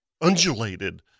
undulated